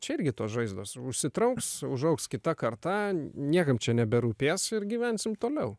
čia irgi tos žaizdos užsitrauks užaugs kita karta niekam čia neberūpės ir gyvensim toliau